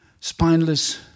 spineless